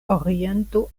oriento